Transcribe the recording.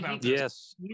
Yes